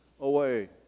away